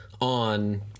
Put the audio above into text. on